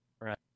right